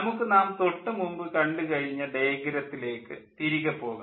നമുക്ക് നാം തൊട്ടുമുമ്പ് കണ്ടു കഴിഞ്ഞ ഡയഗ്രത്തിലേക്ക് തിരികെ പോകാം